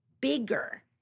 bigger